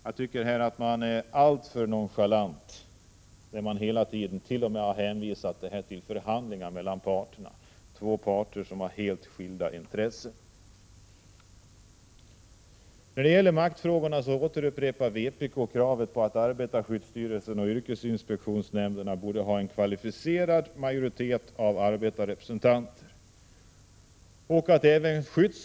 Jag tycker att man är alltför nonchalant när man hänvisar de frågorna till förhandlingar mellan parterna — två parter som har helt skilda intressen. När det gäller maktfrågorna upprepar vpk kravet att arbetarskyddsstyrelsen och yrkesinspektionsnämnderna skall ha en kvalificerad majoritet av arbetarrepresentanter.